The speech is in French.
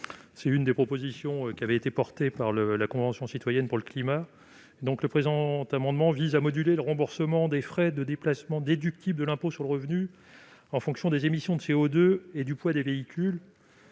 une des propositions de la Convention citoyenne pour le climat. Il s'agit de moduler le remboursement des frais de déplacement déductibles de l'impôt sur le revenu en fonction des émissions de CO2 et du poids des véhicules.